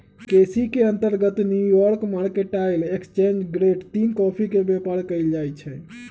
केसी के अंतर्गत New York mercantile exchange grade तीन कॉफी के व्यापार कएल जाइ छइ